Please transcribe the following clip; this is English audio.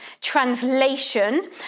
translation